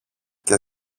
και